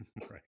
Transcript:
Right